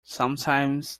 sometimes